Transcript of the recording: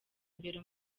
imbere